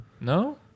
No